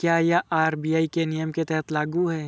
क्या यह आर.बी.आई के नियम के तहत लागू है?